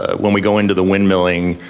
ah when we go into the windmilling,